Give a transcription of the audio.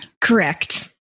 correct